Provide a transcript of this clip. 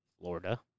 Florida